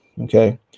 Okay